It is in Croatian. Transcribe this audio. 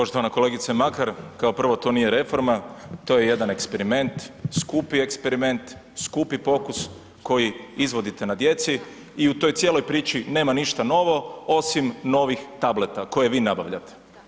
Poštovana kolegica Makar, kao prvo, to nije reforma, to je jedan eksperiment, skupi eksperiment, skupi pokus koji izvodite na djeci i u toj cijeloj priči nema ništa novo osim novih tableta koje vi nabavljate.